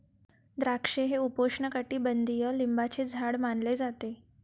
द्राक्षे हे उपोष्णकटिबंधीय लिंबाचे झाड मानले जाते